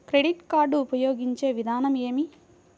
Credit card ఉపయోగించే విధానం ఏమి?